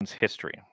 history